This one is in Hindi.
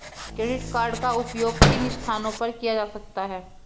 क्रेडिट कार्ड का उपयोग किन स्थानों पर किया जा सकता है?